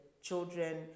children